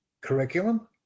curriculum